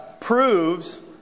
proves